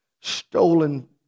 Stolen